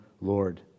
Lord